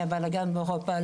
מהבלגן באירופה,